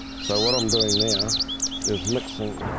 so what i'm doing now is mixing